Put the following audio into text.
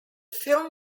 film